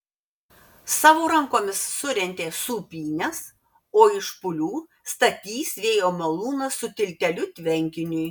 savo rankomis surentė sūpynes o iš špūlių statys vėjo malūną su tilteliu tvenkiniui